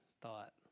thought